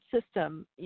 system